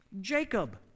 Jacob